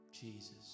Jesus